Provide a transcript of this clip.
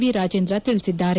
V Rajendra ತಿಳಿಸಿದ್ದಾರೆ